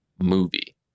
Movie